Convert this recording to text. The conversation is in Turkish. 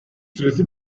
süresi